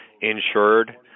insured